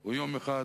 הוא יום אחד